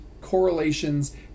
correlations